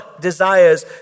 desires